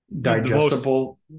digestible